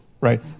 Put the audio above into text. Right